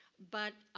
but